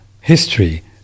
history